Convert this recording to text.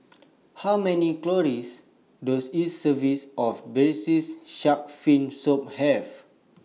How Many Calories Does A Service of Braised Shark Fin Soup Have